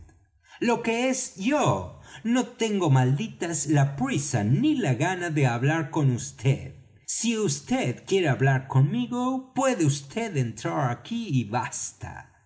lo que es yo no tengo malditas la prisa ni la gana de hablar con vd si vd quiere hablar conmigo puede vd entrar aquí y basta